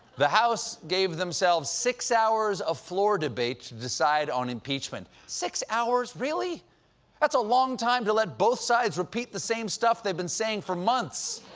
the house gave themselves six hours of floor debate to decide on impeachment. six hours? that's a long time to let both sides repeat the same stuff they've been saying for months.